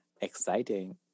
Exciting